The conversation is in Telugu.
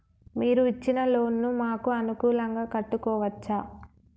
మీరు ఇచ్చిన లోన్ ను మాకు అనుకూలంగా కట్టుకోవచ్చా?